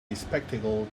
bespectacled